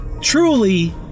truly